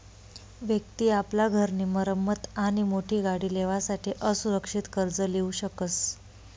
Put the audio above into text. व्यक्ति आपला घर नी मरम्मत आणि मोठी गाडी लेवासाठे असुरक्षित कर्ज लीऊ शकस